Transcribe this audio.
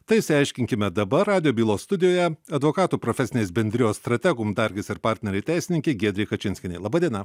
tai išsiaiškinkime dabar radijo bylos studijoje advokatų profesinės bendrijos strategum dargis ir partneriai teisininkė giedrė kačinskienė laba diena